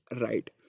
right